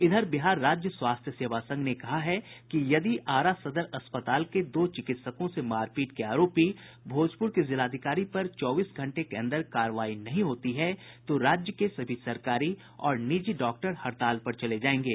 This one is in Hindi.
इधर बिहार राज्य स्वास्थ्य सेवा संघ ने कहा है कि यदि आरा सदर अस्पताल के दो चिकित्सकों से मारपीट के आरोपी भोजपुर के जिलाधिकारी पर चौबीस घंटे के अंदर कार्रवाई नहीं होती है तो राज्य के सभी सरकारी और निजी डॉक्टर हड़ताल पर चले जायेंगे